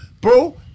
Bro